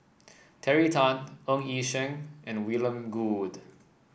Terry Tan Ng Yi Sheng and William Goode